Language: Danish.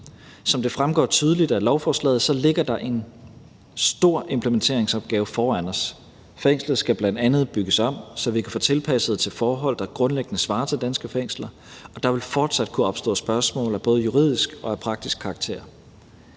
Som det fremgår tydeligt af lovforslaget, ligger der en stor implementeringsopgave foran os. Fængslet skal bl.a. bygges om, så vi kan få det tilpasset til forhold, der grundlæggende svarer til danske fængsler, og der vil fortsat kunne opstå spørgsmål af både juridisk og af praktisk karakter.